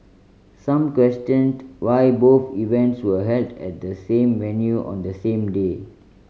some questioned why both events were held at the same venue on the same day